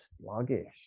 sluggish